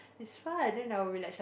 it's fun then I'll be like sh~